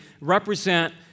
represent